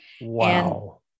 Wow